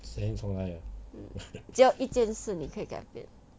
只有一件事你可以改变